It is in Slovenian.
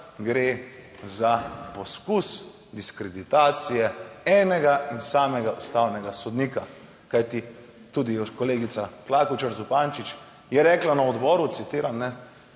gre za poskus diskreditacije enega in samega ustavnega sodnika. Kajti tudi kolegica Klakočar Zupančič je rekla na odboru, citiram: